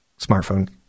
smartphone